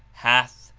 hath,